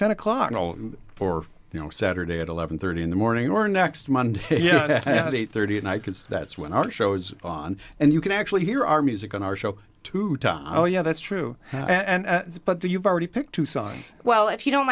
ten o'clock or you know saturday at eleven thirty in the morning or next monday yeah eight thirty at night because that's when our show is on and you can actually hear our music on our show to talk oh yeah that's true and but the you've already picked two songs well if you don't